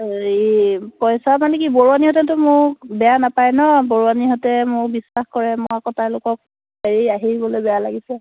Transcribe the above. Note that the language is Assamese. এই পইচা মানে কি বৰুৱানীহঁতেতো মোক বেয়া নাপায় ন বৰুৱানীহঁতে মোক বিশ্বাস কৰে মই আকৌ তেওঁলোকক এৰি আহিবলে বেয়া লাগিছে